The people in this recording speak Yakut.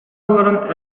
олорон